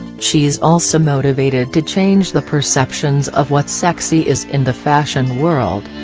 she's also motivated to change the perceptions of what sexy is in the fashion world.